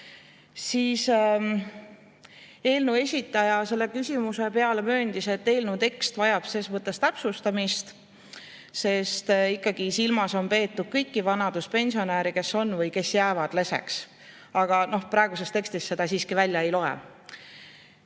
Eelnõu esitaja selle küsimuse peale möönis, et eelnõu tekst vajab täpsustamist, sest ikkagi on silmas peetud kõiki vanaduspensionäre, kes on lesed või kes jäävad leseks. Praegusest tekstist seda siiski välja ei loe.